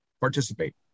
participate